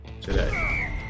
today